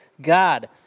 God